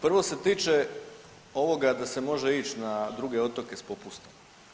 Prvo se tiče ovoga da se može ići na druge otoke s popustom.